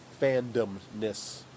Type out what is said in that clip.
fandomness